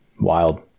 Wild